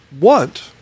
want